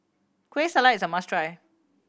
Kueh Salat is a must try